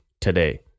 today